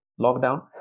Lockdown